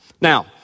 Now